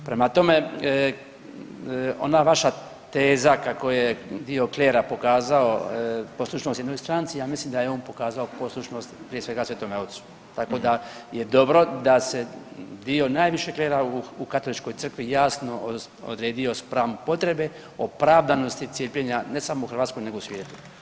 Prema tome, ona vaša teza kako je dio klera pokazao poslušnost jednoj stranci, ja mislim da je on pokazao poslušnost prije svega Svetome Ocu, tako da je dobro da se dio najvišeg klera u katoličkoj crkvi jasni odredio spram potrebe opravdanosti cijepljenja ne samo u Hrvatskoj nego i u svijetu.